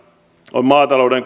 on maatalouden